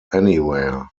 anywhere